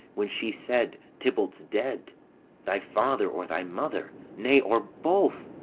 when she said tybalt's dead thy father, or thy mother, nay, or both,